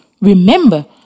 remember